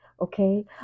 Okay